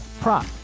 prop